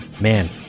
Man